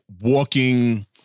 walking